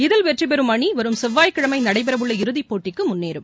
இதில் வெற்றி பெறும் அணி வரும் செவ்வாய்க்கிழமை நடைபெற உள்ள இறதிப்போட்டிக்கு முன்னேறும்